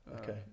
okay